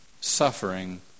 suffering